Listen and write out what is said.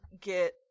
get